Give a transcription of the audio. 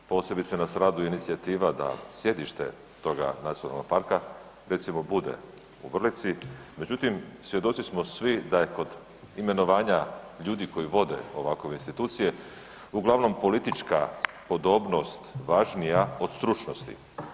Posebice nas raduje inicijativa da sjedište toga nacionalnoga parka recimo bude u Vrlici, međutim svjedoci smo svi da je kod imenovanja ljudi koji vode ovakve institucije uglavnom politička podobnost važnija od stručnosti.